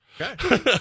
Okay